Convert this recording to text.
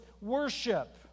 worship